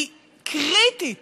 היא קריטית